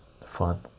Fun